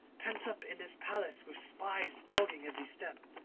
pent up in this palace, with spies dogging every step,